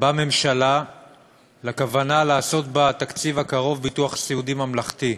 בממשלה לכוונה לעשות בתקציב הקרוב ביטוח סיעודי ממלכתי.